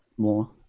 More